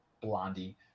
blondie